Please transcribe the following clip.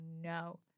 no